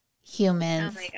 humans